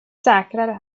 säkrare